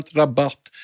rabatt